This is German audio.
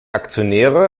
aktionäre